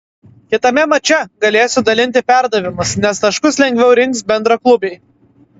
kitame mače galėsiu dalinti perdavimus nes taškus lengviau rinks bendraklubiai